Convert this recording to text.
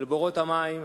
אל בורות המים,